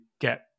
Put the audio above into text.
get